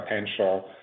potential